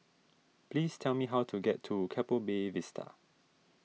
please tell me how to get to Keppel Bay Vista